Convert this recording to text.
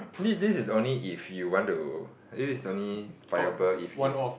thi~ this is only if you want to this is only viable if if